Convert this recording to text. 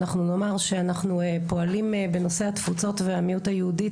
אנחנו נאמר שאנחנו פועלים בנושא התפוצות והמיעוט היהודית,